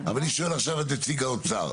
אבל אני שואל עכשיו את נציג האוצר.